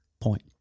point